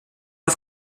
auf